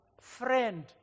friend